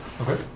Okay